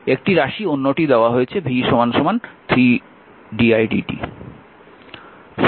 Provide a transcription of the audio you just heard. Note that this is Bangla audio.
একটি রাশি অন্যটি দেওয়া হয়েছে v 3 di দ্বারা dt